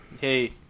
Hey